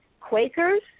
Quakers